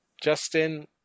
Justin